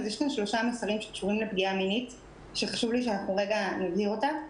יש כאן שלושה מסרים שקשורים לפגיעה מינית שחשוב לי שאנחנו נבהיר אותם.